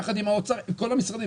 יחד עם האוצר, עם כל המשרדים.